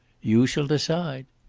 you shall decide.